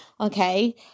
Okay